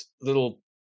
little